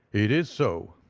it is so,